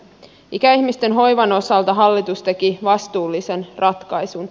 ikäihmisten hoivan osalta hallitus teki vastuullisen ratkaisun